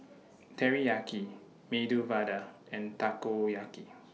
Teriyaki Medu Vada and Takoyaki